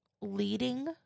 leading